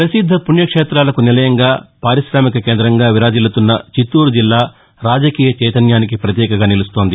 ప్రసిద్ద పుణ్యక్షేతాలకు నిలయంగా పార్కిశామిక కేందంగా విరాజిల్లుతున్న చిత్తూరు జిల్లా రాజకీయ చైతన్యానికి ప్రతీకగా నిలుస్తోంది